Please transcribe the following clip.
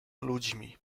ludźmi